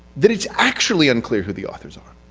that it's actually unclear who the authors are.